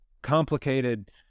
complicated